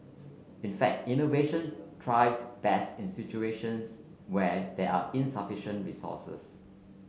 in fact innovation thrives best in situations where there are insufficient resources